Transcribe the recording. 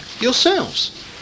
yourselves